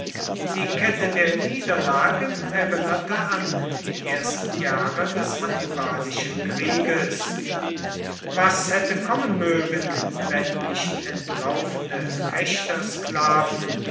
die kette der niederlagen erinnerte an die ersten jahre des hannibalischen krieges was hätte kommen mögen wenn nicht entlaufene